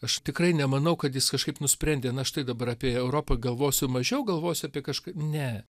aš tikrai nemanau kad jis kažkaip nusprendė na štai dabar apie europą galvosiu mažiau galvosiu apie kažkaip ne